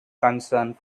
concern